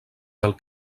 del